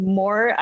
more